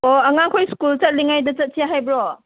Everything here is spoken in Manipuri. ꯑꯣ ꯑꯉꯥꯡꯈꯣꯏ ꯁ꯭ꯀꯨꯜ ꯆꯠꯂꯤꯉꯩꯗ ꯆꯠꯁꯤ ꯍꯥꯏꯕ꯭ꯔꯣ